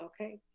Okay